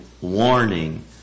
warning